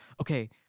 Okay